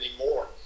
anymore